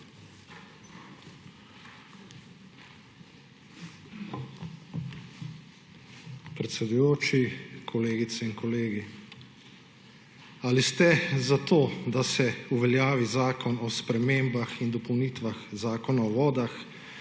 Predsedujoči, kolegice in kolegi! Ali ste za to, da se uveljavi Zakon o spremembah in dopolnitvah Zakona o vodah,